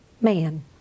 man